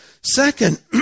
Second